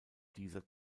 dieser